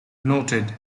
noted